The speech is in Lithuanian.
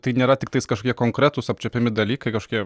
tai nėra tiktai kažkokie konkretūs apčiuopiami dalykai kažkokie